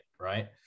Right